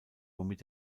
womit